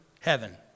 heaven